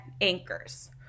anchors